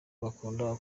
bakunda